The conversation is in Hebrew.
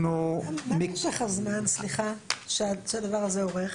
מה משך הזמן שהדבר הזה עורך?